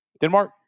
Denmark